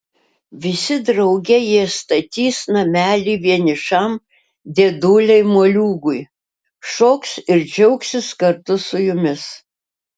visi drauge jie statys namelį vienišam dėdulei moliūgui šoks ir džiaugsis kartu su jumis